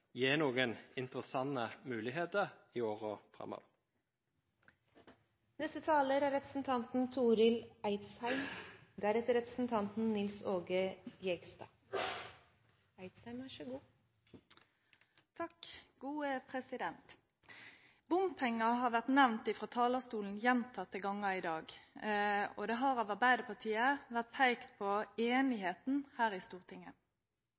noen interessante muligheter i årene framover. Bompenger har vært nevnt fra talerstolen gjentatte ganger i dag, og det har fra Arbeiderpartiet vært pekt på enigheten her i Stortinget. Jeg vil minne om at hovedgrunnen til den rørende enigheten i alle saker om nye bompengeprosjekt har vært